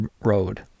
road